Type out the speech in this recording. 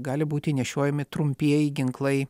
gali būti nešiojami trumpieji ginklai